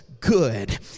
good